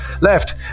left